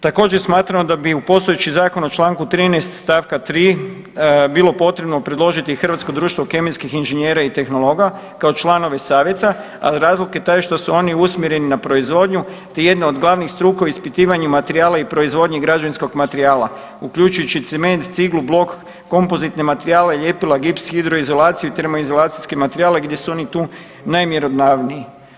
Također smatramo da bi u postojeći zakon u Članku 13. stavka 3. bilo potrebno predložiti Hrvatsko društvo kemijskih inženjera i tehnologa kao članova savjeta, a razlog je taj što su oni usmjereni na proizvodnju te jedna od glavnih struka u ispitivanju materijala i proizvodnji građevinskog materijala uključujući cement, ciglu, blok, kompozitne materijale, ljepila, gips, hidroizolaciju i termoizolacijske materijale gdje su oni tu najmjerodavniji.